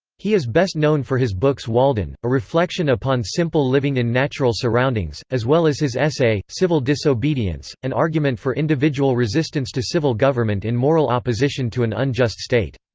he is best known for his books walden, a reflection upon simple living in natural surroundings, as well as his essay, civil disobedience, an argument for individual resistance to civil government in moral opposition to an unjust state.